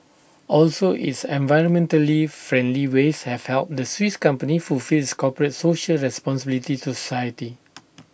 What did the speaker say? also its environmentally friendly ways have helped the Swiss company fulfil its corporate social responsibility to society